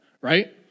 right